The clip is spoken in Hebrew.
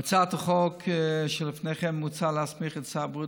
בהצעת החוק שלפניכם מוצע להסמיך את שר הבריאות